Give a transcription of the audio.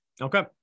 Okay